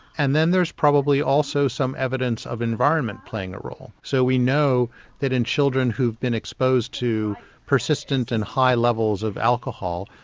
and then there's probably also some evidence of environment playing a role. so we know that in children who have been exposed to persistent and high levels of alcohol,